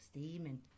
Steaming